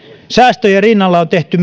säästöjen rinnalla on tehty